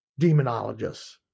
demonologists